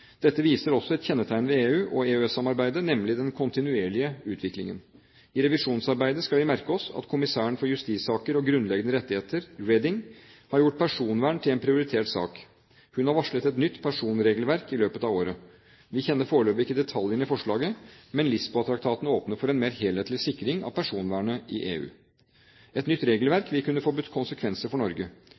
Dette viser også et kjennetegn ved EU- og EØS-samarbeidet, nemlig den kontinuerlige utviklingen. I revisjonsarbeidet skal vi merke oss at kommissæren for justissaker og grunnleggende rettigheter, Reding, har gjort personvern til en prioritert sak. Hun har varslet et nytt personvernregelverk i løpet av året. Vi kjenner foreløpig ikke detaljene i forslaget, men Lisboa-traktaten åpner for en mer helhetlig sikring av personvernet i EU. Et nytt regelverk vil kunne få konsekvenser for Norge.